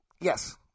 Yes